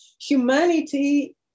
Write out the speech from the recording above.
humanity